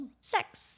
Sex